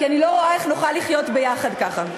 כי אני לא רואה איך נוכל לחיות יחד ככה.